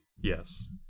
Yes